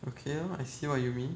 okay lor I see what you mean